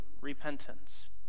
repentance